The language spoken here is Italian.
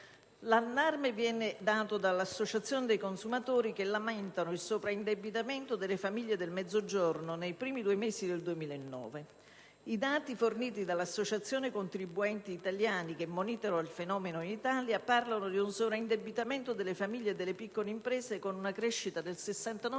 L'allarme viene dato dalle associazioni dei consumatori, che lamentano il sovraindebitamento delle famiglie del Mezzogiorno nei primi due mesi del 2009. I dati forniti dall'Associazione contribuenti italiani, che monitora il fenomeno in Italia, parlano di un sovraindebitamento delle famiglie e delle piccole imprese con una crescita del 69,4